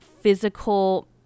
physical